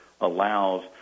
allows